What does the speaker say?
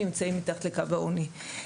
שנמצאים מתחת לקו העוני.